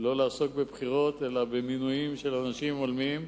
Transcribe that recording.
לא לעסוק בבחירות אלא במינויים של אנשים הולמים.